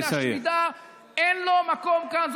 שמבקשים להשמידה, אין לו מקום כאן.